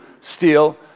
steal